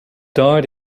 died